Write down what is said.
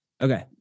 Okay